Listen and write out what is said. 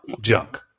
junk